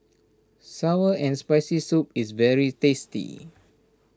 Sour and Spicy Soup is very tasty